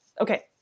Okay